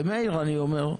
למאיר אני אומר,